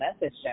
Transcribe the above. message